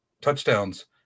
touchdowns